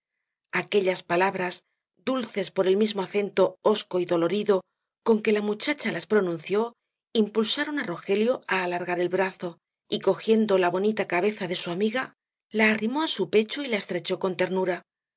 aquellas palabras dulces por el mismo acento hosco y dolorido con que la muchacha las pronunció impulsaron á rogelio á alargar el brazo y cogiendo la bonita cabeza de su amiga la arrimó á su pecho y la estrechó con ternura